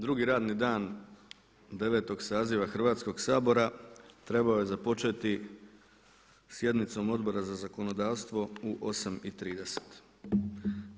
Drugi radni dan 9.-og saziva Hrvatskoga sabora trebao je započeti sjednicom Odbora za zakonodavstvo u 8,30.